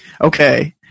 Okay